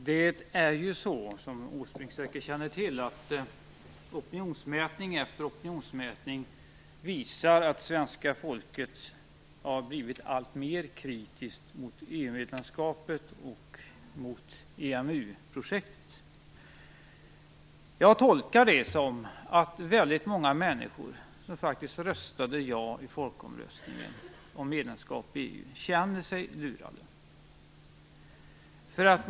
Herr talman! Som Åsbrink säkert känner till visar opinionsmätning efter opinionsmätning att svenska folket har blivit alltmer kritiskt mot EU medlemskapet och mot EMU-projektet. Jag tolkar det så, att väldigt många människor som röstade ja i folkomröstningen om medlemskap i EU känner sig lurade.